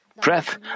breath